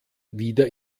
wieder